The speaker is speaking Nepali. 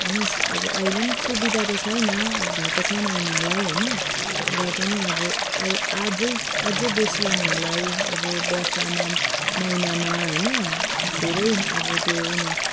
अब अहिले पनि सुविधा त छैन अब भएको छैन उनीहरूलाई होइन र पनि अब अझै अझै बेसी उनीहरूलाई अब वर्षमा पनि महिनामा होइन धेरै अब त्यो ऊ यो